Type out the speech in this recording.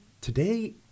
Today